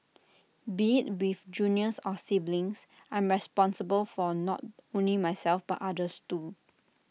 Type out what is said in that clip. be IT with juniors or siblings I'm responsible for not only myself but others too